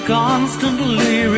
constantly